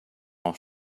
our